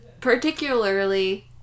particularly